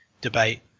debate